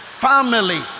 family